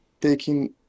taking